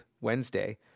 Wednesday